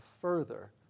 further